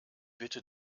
bitte